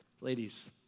ladies